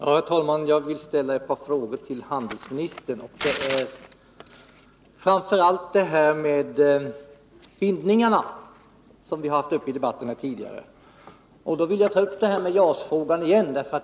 Herr talman! Jag vill ställa ett par frågor till handelsministern. Framför allt när det gäller detta med bindningarna, som vi har haft många debatter om tidigare, vill jag ta upp JAS-frågan igen.